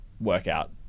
workout